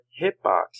hitbox